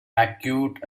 acute